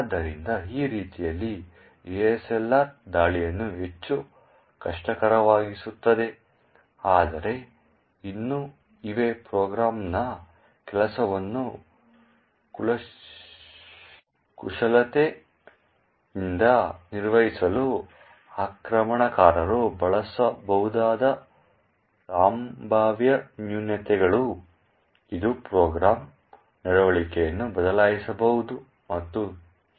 ಆದ್ದರಿಂದ ಈ ರೀತಿಯಲ್ಲಿ ASLR ದಾಳಿಯನ್ನು ಹೆಚ್ಚು ಕಷ್ಟಕರವಾಗಿಸುತ್ತದೆ ಆದರೆ ಇನ್ನೂ ಇವೆ ಪ್ರೋಗ್ರಾಮ್ನ ಕೆಲಸವನ್ನು ಕುಶಲತೆಯಿಂದ ನಿರ್ವಹಿಸಲು ಆಕ್ರಮಣಕಾರರು ಬಳಸಬಹುದಾದ ಸಂಭಾವ್ಯ ನ್ಯೂನತೆಗಳು ಇದು ಪ್ರೋಗ್ರಾಂನ ನಡವಳಿಕೆಯನ್ನು ಬದಲಾಯಿಸಬಹುದು ಮತ್ತು ಹೀಗೆ